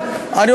מה זה קשור?